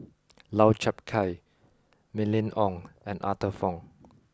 Lau Chiap Khai Mylene Ong and Arthur Fong